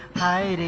high